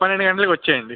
పన్నెండు గంటలకి వచ్చేయండి